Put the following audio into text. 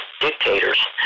dictators